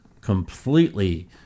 completely